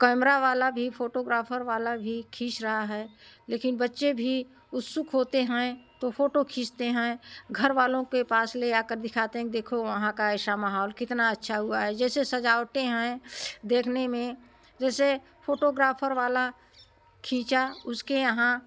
camera वाला भी photographer वाला भी खींच रहा है लेकिन बच्चे भी उत्सुक होते हैं तो फोटो खींचते हैं घरवालों के पास ले आकर दिखाते हैं कि देखों वहाँ का ऐसा माहौल कितना अच्छा हुआ है जैसे सजावटे हैं देखने में जैसे फोटोग्राफर वाला खींचा उसके यहाँ